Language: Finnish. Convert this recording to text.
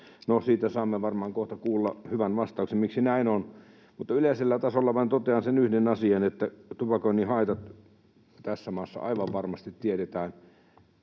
siitä saamme varmaan kohta kuulla hyvän vastauksen, miksi näin on. Yleisellä tasolla vain totean sen yhden asian, että tupakoinnin haitat tässä maassa aivan varmasti tiedetään